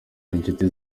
n’inshuti